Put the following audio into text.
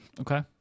Okay